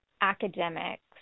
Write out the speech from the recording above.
academics